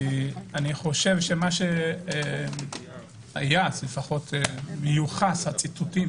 אני חושב שמה שהיה, לפחות מיוחס הציטוטים